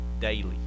daily